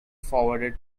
forwarded